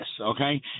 okay